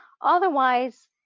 Otherwise